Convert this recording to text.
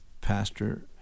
pastor